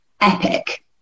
epic